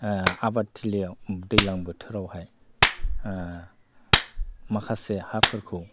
आबाद थिलियाव दैज्लां बोथोरावहाय माखासे हाफोरखौ